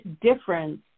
difference